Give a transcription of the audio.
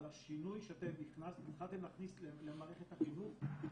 על השינוי שאתם התחלתם להכניס למערכת החינוך,